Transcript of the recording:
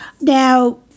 Now